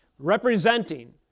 Representing